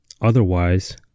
Otherwise